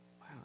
Wow